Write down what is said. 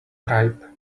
ripe